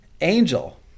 Angel